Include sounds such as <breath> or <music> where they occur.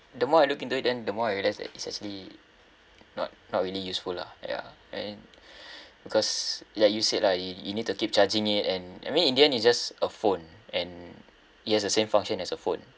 the more I look into it then the more I realised that it's actually not not really useful lah ya and <breath> because like you said lah you you need to keep charging it and I mean in the end it's just a phone and it has the same function as a phone